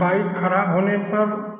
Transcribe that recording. bike खराब होने पर